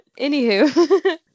Anywho